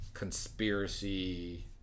conspiracy